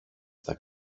στα